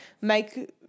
make